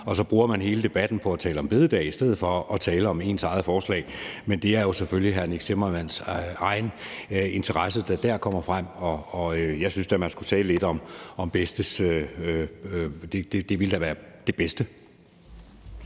man så bruger hele debatten på at tale om bededag i stedet for at tale om ens eget forslag. Men det er jo selvfølgelig hr. Nick Zimmermanns egen interesse, der dér kommer frem. Jeg synes da, at man skulle tale lidt om bedstes første sygedag. Det ville da være det bedste.